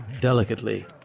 delicately